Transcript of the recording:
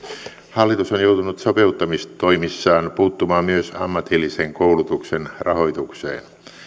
hallitus on joutunut sopeuttamistoimissaan puuttumaan myös ammatillisen koulutuksen rahoitukseen